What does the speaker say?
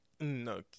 No